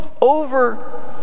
over